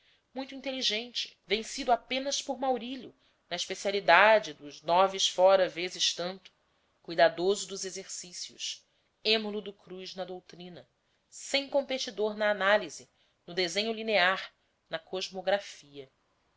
muito inteligente vencido apenas por maurílio na especialidade dos noves fora vezes tanto cuidadoso dos exercícios êmulo do cruz na doutrina sem competidor na análise no desenho linear na cosmografia